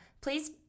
please